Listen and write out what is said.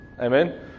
Amen